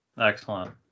Excellent